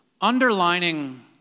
underlining